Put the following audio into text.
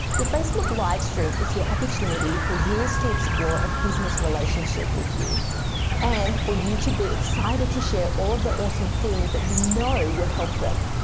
your facebook livestream is your opportunity for viewers to explore business relationship with you and for you to be excited to share all the awesome things that you know will help them.